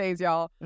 y'all